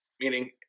meaning